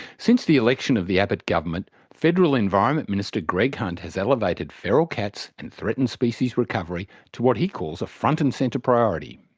since the election of the abbott government, federal environment minister greg hunt has elevated feral cats and threatened species recovery to what he calls a front and centre priority.